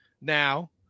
now